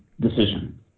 decision